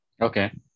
Okay